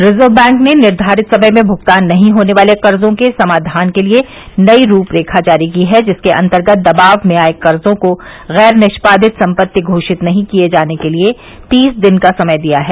reserve Bank ने निर्घारित समय में भुगतान नहीं होने वाले कर्जो के समाधान के लिए नई रूपरेखा जारी की है जिसके अंतर्गत दबाव में आये कर्जों को गैर निष्पादित संपत्ति घोषित नहीं किये जाने के लिए तीस दिन का समय दिया है